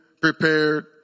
prepared